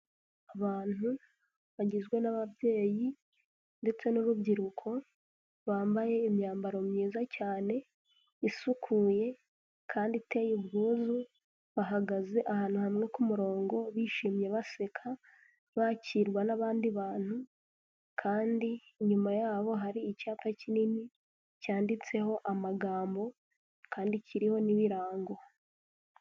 Abantu bagizwe n'ababyeyi ndetse n'urubyiruko, bambaye imyambaro myiza cyane isukuye kandi iteye ubwuzu, bahagaze ahantu hamwe ku murongo bishimye baseka, bakirwa n'abandi bantu, kandi inyuma yabo hari icyapa kinini cyanditseho amagambo kandi kiriho n'ibirango.